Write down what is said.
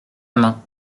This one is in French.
main